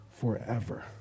forever